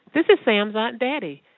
this is sam's aunt betty.